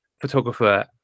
photographer